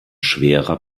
schwerer